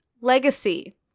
Legacy